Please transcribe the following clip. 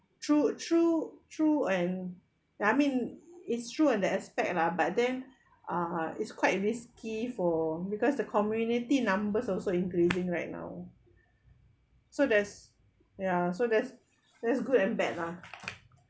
true true true and that mean it's true in that aspect lah but then uh is quite risky for because the community numbers also increasing right now so there's ya so there's there's good and bad lah